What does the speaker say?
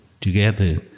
together